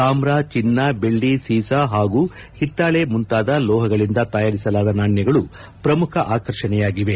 ತಾವು ಚಿನ್ನ ಬೆಳ್ಳಿ ಸೀಸ ಹಾಗೂ ಒತ್ತಾಳೆ ಮುಂತಾದ ಲೋಹಗಳಿಂದ ತಯಾರಿಸಲಾದ ನಾಣ್ಯಗಳು ಪ್ರಮುಖ ಆಕರ್ಷಣೆಯಾಗಿದೆ